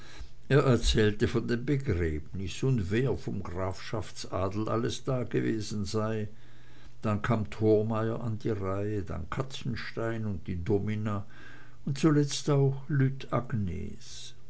er erzählte von dem begräbnis und wer vom grafschaftsadel alles dagewesen sei dann kam thormeyer an die reihe dann katzenstein und die domina und zuletzt auch lütt agnes